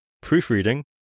proofreading